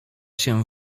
się